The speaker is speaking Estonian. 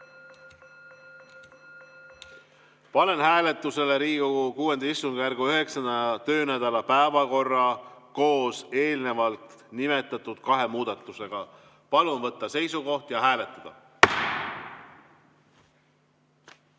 Panen hääletusele Riigikogu VI istungjärgu 9. töönädala päevakorra koos eelnimetatud kahe muudatusega. Palun võtta seisukoht ja hääletada!